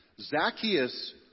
Zacchaeus